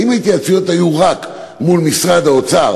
האם ההתייעצויות היו רק מול משרד האוצר